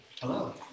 Hello